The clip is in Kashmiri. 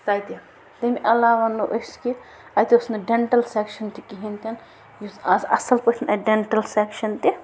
تَتہِ تَمہِ عَلاو وَنو أسۍ کہِ اَتہِ اوس نہٕ ڈٮ۪نٛٹَل سٮ۪کشَن تہِ کِہیٖنۍ تہِ نہٕ یُس آز اَصٕل پٲٹھۍ اَتہِ ڈٮ۪نٛٹٕل سٮ۪کشن تہِ